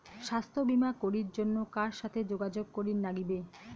স্বাস্থ্য বিমা করির জন্যে কার সাথে যোগাযোগ করির নাগিবে?